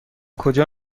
کجا